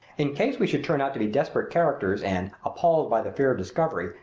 in case we should turn out to be desperate characters and, appalled by the fear of discovery,